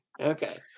Okay